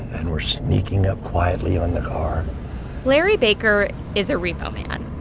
and we're sneaking up quietly on the car larry baker is a repo man.